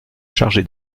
chargé